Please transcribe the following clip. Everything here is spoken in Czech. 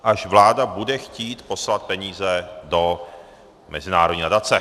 Až vláda bude chtít poslat peníze do mezinárodní nadace.